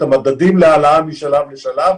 את המדדים להעלאה משלב לשלב,